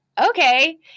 okay